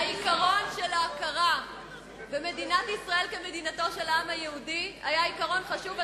העיקרון של ההכרה במדינת ישראל כמדינתו של העם היהודי היה עיקרון חשוב,